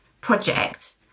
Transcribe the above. project